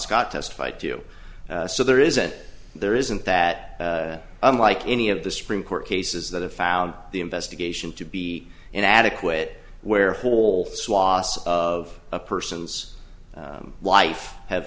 scott testified to so there isn't there isn't that unlike any of the supreme court cases that are found the investigation to be inadequate where whole swaths of a person's life ha